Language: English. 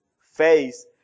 face